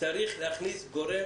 צריך להכניס גורם